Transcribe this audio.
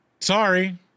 Sorry